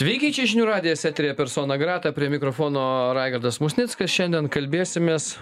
sveiki čia žinių radijas eteryje persona greta prie mikrofono raigardas musnickas šiandien kalbėsimės